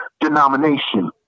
denomination